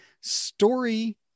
story